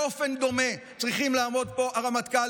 באופן דומה צריכים לעמוד פה הרמטכ"ל